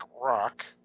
Rock